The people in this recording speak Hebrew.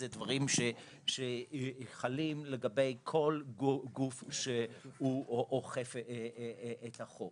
אלה דברים שחלים לגבי כל גוף שאוכף את החוק.